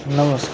नमस्ते